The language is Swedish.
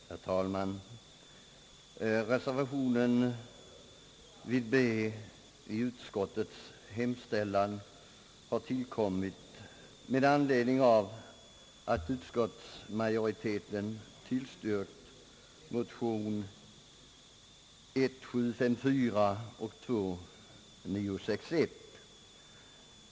Herr talman! Reservationen vid B i utskottets hemställan har tillkommit med anledning av att utskottsmajoriteten tillstyrkt motionerna I: 754 och II: 961.